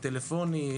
טלפונית,